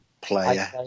player